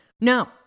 no